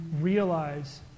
realize